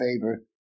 favor